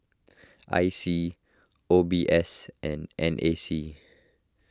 I C O B S and N A C